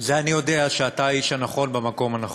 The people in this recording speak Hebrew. שאני יודע שאתה האיש הנכון במקום הנכון,